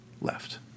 left